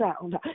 sound